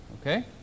Okay